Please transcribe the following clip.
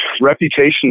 reputation